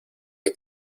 que